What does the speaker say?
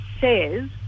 says